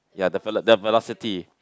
ya the velo~ the velocity